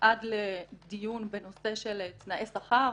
עד לדיון בנושא של תנאי שכר,